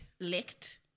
licked